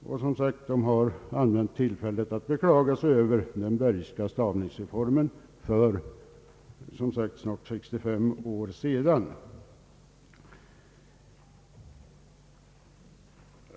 Akademien har som sagt använt tillfället till att beklaga sig över den Bergska stavningsreformen för snart 65 år sedan.